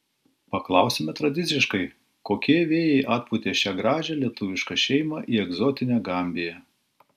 paklausime tradiciškai kokie vėjai atpūtė šią gražią lietuvišką šeimą į egzotinę gambiją